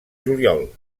juliol